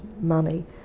money